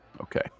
Okay